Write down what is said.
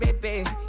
baby